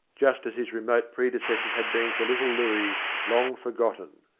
just as his remote predecessor's had been for little looey, long forgotten.